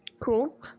Cool